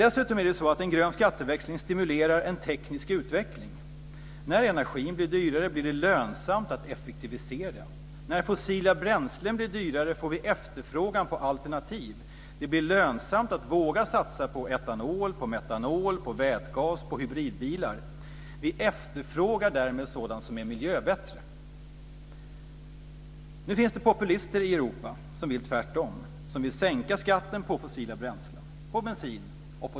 Dessutom stimulerar en grön skatteväxling en teknisk utveckling. När energin blir dyrare blir det lönsamt att effektivisera. När fossila bränslen blir dyrare blir det efterfrågan på alternativ. Det blir lönsamt att våga satsa på etanol, metanol, vätgas och hybridbilar.